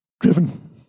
driven